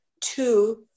two